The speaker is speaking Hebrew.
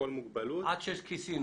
בכל מוגבלות עד שש כיסינו.